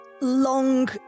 long